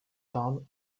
tomb